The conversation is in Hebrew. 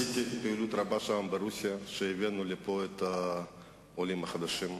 יש לנו כמה חברים שיודעים מהי שליחותם,